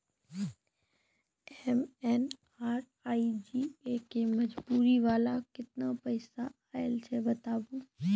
MNREGA के मज़दूरी वाला केतना पैसा आयल छै बताबू?